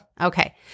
Okay